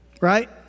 Right